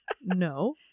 no